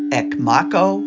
ekmako